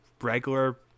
regular